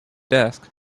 desk